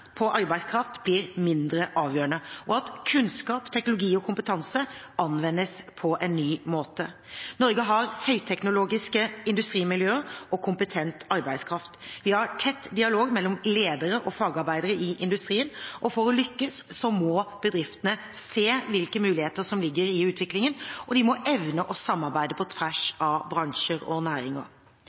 på arbeidskraft blir mindre avgjørende, og at kunnskap, teknologi og kompetanse anvendes på en ny måte. Norge har høyteknologiske industrimiljøer og kompetent arbeidskraft. Vi har tett dialog mellom ledere og fagarbeidere i industrien. For å lykkes må bedriftene se hvilke muligheter som ligger i utviklingen, og evne å samarbeide på tvers av bransjer og næringer.